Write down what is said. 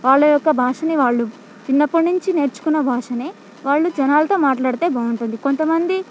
వాళ్ళ యొక్క భాషని వాళ్ళు చిన్నప్పడినుంచి నేర్చుకున్న భాషనే వాళ్ళు జనాలతో మాట్లాడితే బాగుంటుంది కొంతమంది